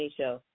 show